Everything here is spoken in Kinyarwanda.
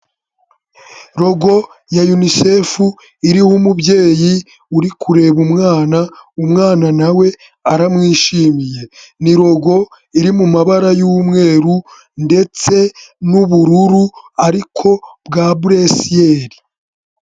Rogo ya UNICEF, iriho umubyeyi, uri kureba umwana, umwana nawe aramwishimiye, ni rogo iri mu mabara y'umweru, ndetse n'ubururu, ariko bwa buresiyeri.